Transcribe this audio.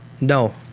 No